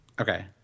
Okay